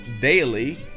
daily